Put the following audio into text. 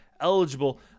eligible